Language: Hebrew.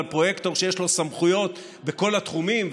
אבל פרויקטור שיש לו סמכויות בכל התחומים,